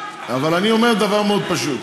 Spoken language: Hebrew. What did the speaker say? אבל אני אומר דבר מאוד פשוט,